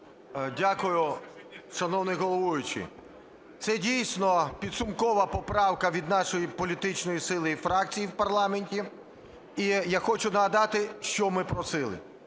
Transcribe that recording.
Дякую, шановний головуючий. Це дійсно підсумкова поправка від нашої політичної сили і фракції в парламенті. І я хочу нагадати, що ми просили.